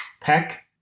peck